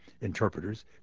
interpreters